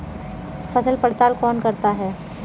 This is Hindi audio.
फसल पड़ताल कौन करता है?